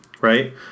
Right